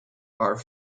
are